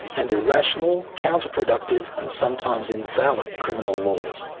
and irrational, counter-productive and sometimes invalid criminal laws.